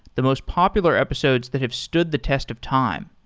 the most popular episodes that have stood the test of time.